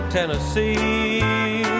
Tennessee